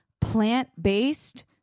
plant-based